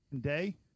Day